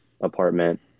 apartment